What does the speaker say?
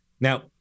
Now